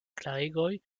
klarigoj